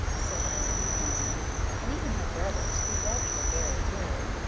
said ellen, warmly and even her brothers, who loved her very dearly,